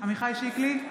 עמיחי שיקלי,